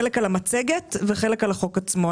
חלקן על המצגת וחלקן על החוק עצמו.